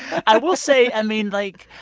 i will say, i mean, like,